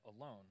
alone